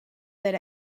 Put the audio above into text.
that